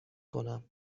کنم